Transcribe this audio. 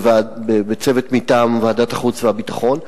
צוות מטעם ועדת החוץ והביטחון.